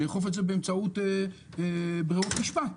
בכוונתנו לאכוף את זה באמצעות ברירות משפט.